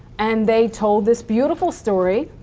and they told this beautiful story.